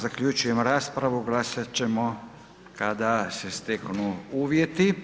Zaključujem raspravu, glasat ćemo kada se steknu uvjeti.